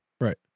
Right